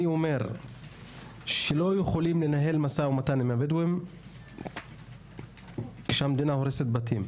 אני אומר שלא יכולים לנהל משא ומתן עם הבדואים כשהמדינה הורסת בתים.